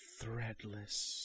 Threadless